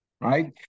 right